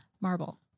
Marble